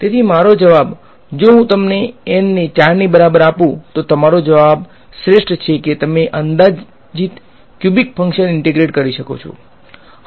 તેથી મારો જવાબ જો હું તમને N ને 4 ની બરાબર આપું તો તમારો જવાબ શ્રેષ્ઠ છે કે તમે અંદાજિત ક્યુબીક ફંકશન ઈંટેગ્રેટ કરી શકો છો